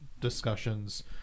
discussions